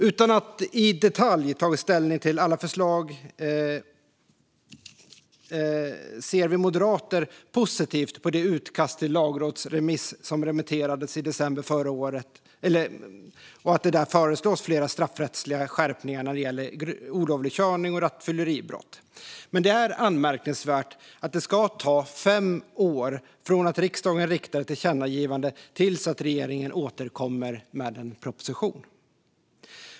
Utan att i detalj ha tagit ställning till alla förslag ser vi moderater positivt på att det i det utkast till lagrådsremiss som remitterades i december förra året föreslås flera straffrättsliga skärpningar när det gäller olovlig körning och rattfylleribrott. Men det är anmärkningsvärt att det ska ta fem år från att riksdagen riktar ett tillkännagivande till att regeringen återkommer med en proposition.